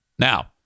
Now